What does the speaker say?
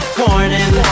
morning